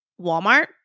Walmart